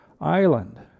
island